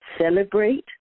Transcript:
celebrate